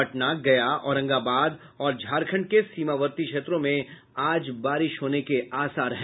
पटना गया औरंगाबाद और झारखंड के सीमावर्ती क्षेत्रों में आज बारिश होने के आसार हैं